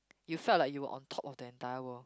you felt like you were on top of the entire world